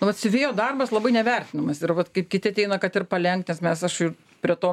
vat siuvėjo darbas labai nevertinamas ir vat kaip kiti ateina kad ir palenkt nes mes aš ir prie to